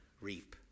reap